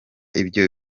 ibyo